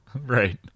Right